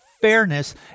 fairness